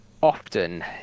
often